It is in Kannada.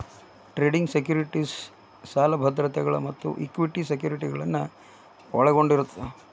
ಟ್ರೇಡಿಂಗ್ ಸೆಕ್ಯುರಿಟೇಸ್ ಸಾಲ ಭದ್ರತೆಗಳ ಮತ್ತ ಇಕ್ವಿಟಿ ಸೆಕ್ಯುರಿಟಿಗಳನ್ನ ಒಳಗೊಂಡಿರತ್ತ